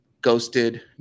ghosted